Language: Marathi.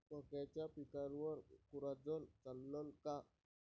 मक्याच्या पिकावर कोराजेन चालन का?